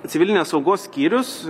civilinės saugos skyrius